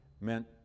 meant